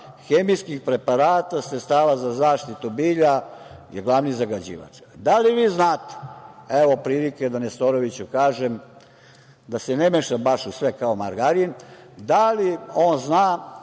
hemijskih preparata, sredstava za zaštitu bilja je glavni zagađivač. Evo prilike da Nestoroviću kažem, da se ne meša baš u sve kao margarin, da li on zna